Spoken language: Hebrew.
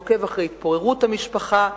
עוקב אחר התפוררות המשפחה,